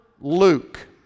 Luke